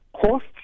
cost